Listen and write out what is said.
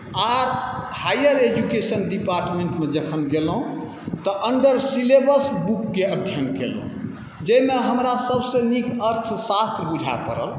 आओर हाइअर डिपार्टमेन्टमे जखन गेलहुँ तऽ अन्दर सिलेबस बुकके अध्ययन केलहुँ जाहिमे हमरा सबसँ नीक अर्थशास्त्र बुझा पड़ल